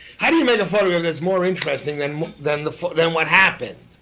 how do you make of all yeah of this more interesting than than the. then what happened?